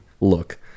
Look